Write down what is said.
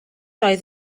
oedd